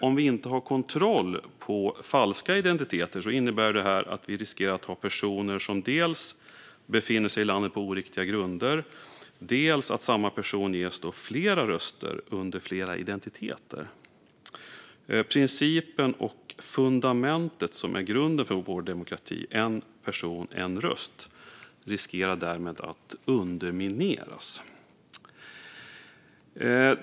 Om vi inte har kontroll på falska identiteter innebär det dels att vi riskerar ha personer som befinner sig i landet på oriktiga grunder, dels att samma personer ges flera röster under flera identiteter. Principen och fundamentet som är grunden för vår demokrati, en person en röst, riskerar därmed att undermineras.